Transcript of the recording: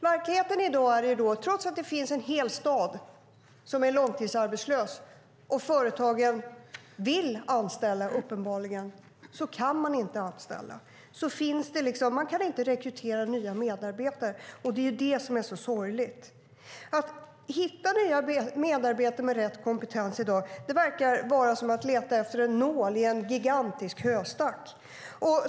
Verkligheten i dag är att trots att det finns en hel stad som är långtidsarbetslös och trots att företagen uppenbarligen vill anställa kan de inte anställa. De kan inte rekrytera nya medarbetare. Det är det som är så sorgligt. Att hitta nya medarbetare med rätt kompetens i dag verkar vara som att leta efter en nål i en gigantisk höstack.